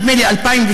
נדמה לי, 2003,